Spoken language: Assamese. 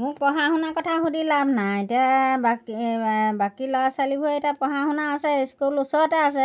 মোক পঢ়া শুনা কথা সুধি লাভ নাই এতিয়া বাকী বাকী ল'ৰা ছোৱালীবোৰে এতিয়া পঢ়া শুনা আছে স্কুল ওচৰতে আছে